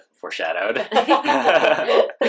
foreshadowed